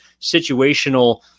situational